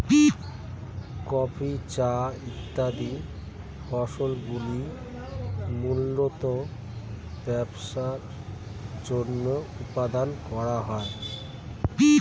coffee, চা ইত্যাদি ফসলগুলি মূলতঃ ব্যবসার জন্য উৎপাদন করা হয়